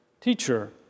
Teacher